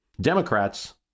Democrats